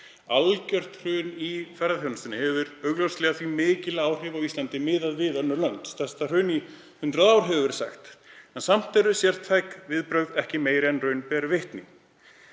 Algjört hrun í ferðaþjónustunni hefur því augljóslega mikil áhrif á Íslandi miðað við önnur lönd. Stærsta hrun í 100 ár, hefur verið sagt, en samt eru sértæk viðbrögð ekki meiri en raun ber vitni.